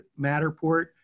Matterport